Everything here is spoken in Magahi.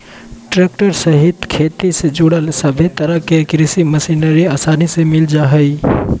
ट्रैक्टर सहित खेती से जुड़ल सभे तरह के कृषि मशीनरी आसानी से मिल जा हइ